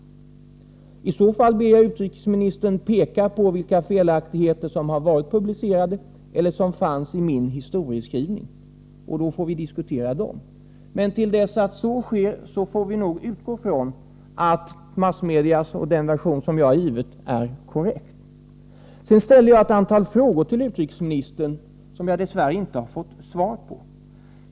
Om det inte förhåller sig så ber jag utrikesministern peka på vilka felaktigheter som har varit publicerade eller som fanns i min historieskrivning, och då får vi diskutera dem. Men till dess att så sker får vi nog utgå ifrån att massmedias version och den version som jag har givit är korrekta. Jag ställde ett antal frågor till utrikesministern som jag dess värre inte har fått svar på.